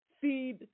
feed